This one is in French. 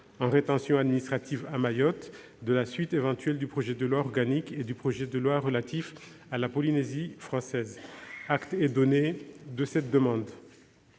en rétention administrative à Mayotte, de la suite éventuelle de l'examen du projet de loi organique et du projet de loi relatifs à la Polynésie française. Acte est donné de cette demande.